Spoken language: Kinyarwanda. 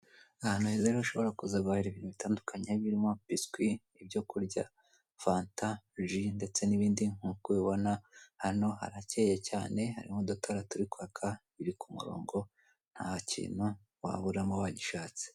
Ahantu heza rero ushobora kuza guhahira ibintu bitandukanye birimo biswi, ibyo kurya fanta, ji ndetse n'ibindi nk'uko ubibona hano harakeye cyane harimo udutara turi kwaka biri ku murongo nta kintu waburamo wagishashatse.